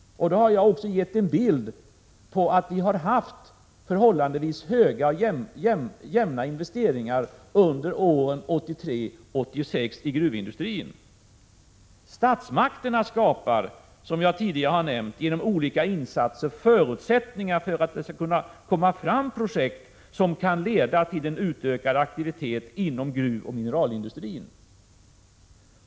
Då har jag också gett en bild av att vi har haft förhållandevis höga och jämna investeringar under åren 1983-1986 i gruvindustrin. Statsmakterna skapar, som jag tidigare har nämnt, genom olika insatser förutsättningar för att det skall kunna komma fram projekt, som kan leda till en utökad aktivitet inom gruvoch mineralindustrin.